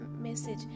message